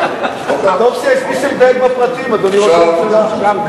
טוב שיש מי שמדייק בפרטים, אדוני ראש הממשלה.